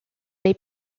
les